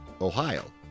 Ohio